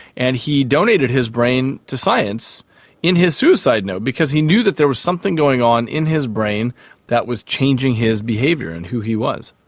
and he donated his brain to science in his suicide note because he knew that there was something going on in his brain that was changing his behaviour and who he was.